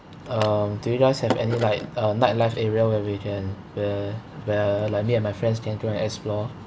um do you guys have any like uh nightlife area where we can where where like me and my friends can go and explore